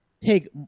Take